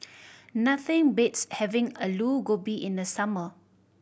nothing beats having Aloo Gobi in the summer